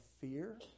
fear